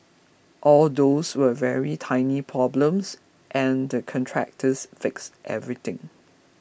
all those were very tiny problems and the contractors fixed everything